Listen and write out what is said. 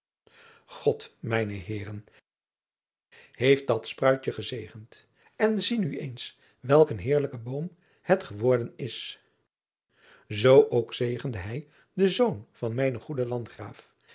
od mijne eeren heeft dat spruitje gezegend en zie nu eens welk een heerlijke boom het geworden is oo ook zegende hij den zoon van mijnen goeden andgraaf